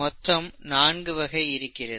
மொத்தம் நான்கு வகை இருக்கிறது